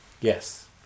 Yes